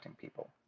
people